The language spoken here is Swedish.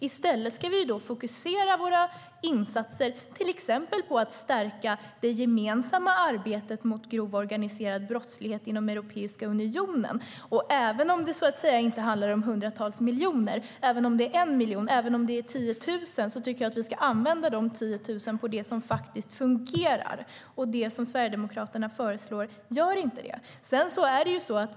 I stället ska vi fokusera våra insatser till exempel på att stärka det gemensamma arbetet mot grov organiserad brottslighet inom Europeiska unionen. Och även om det inte handlar om hundratals miljoner utan om en 1 miljon eller 10 000 kronor så tycker jag att vi ska använda dessa 10 000 kronor på det som faktiskt fungerar. Det som Sverigedemokraterna föreslår gör inte det.